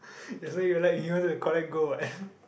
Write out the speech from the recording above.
that's why you like you want to collect gold what